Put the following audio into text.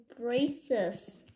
braces